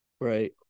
Right